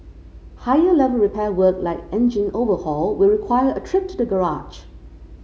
higher level repair work like engine overhaul will require a trip to the garage